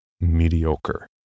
mediocre